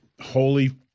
Holy